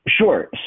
Sure